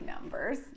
numbers